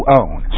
own